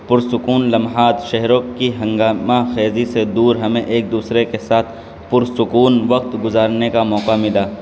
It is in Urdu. پرسکون لمحات شہروں کی ہنگامہ خیزی سے دور ہمیں ایک دوسرے کے ساتھ پرسکون وقت گزارنے کا موقع ملا